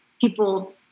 people